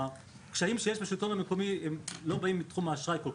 הקשיים שיש בשלטון המקומי לא באין מתחום האשראי.